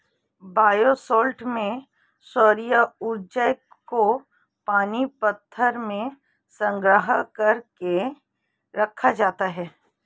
bioshelter में सौर्य ऊर्जा को पानी पत्थर में संग्रहित कर के रखा जाता है